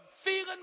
feeling